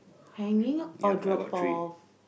hanging or drop off